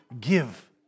give